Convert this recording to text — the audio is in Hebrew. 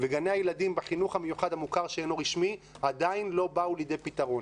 וגני הילדים בחינוך המיוחד המוכר שאינו רשמי עדיין לא באו לידי פתרון.